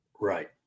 Right